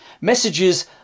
Messages